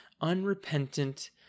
unrepentant